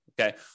Okay